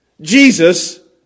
Jesus